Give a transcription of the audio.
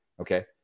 Okay